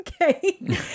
Okay